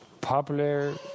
Popular